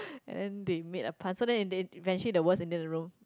and then they made a plan so in the end she's actually the worst Indian in the room